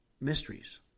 mysteries